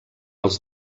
els